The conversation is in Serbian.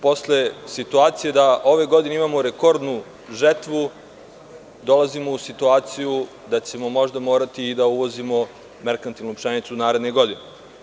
Posle situacije da ove godine imamo rekordnu žetvu, dolazimo u situaciju da ćemo možda morati i da uvozimo merkantilnu pšenicu naredne godine.